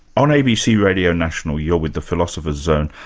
on abc radio national, you're with the philosopher's zone,